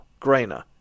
Grainer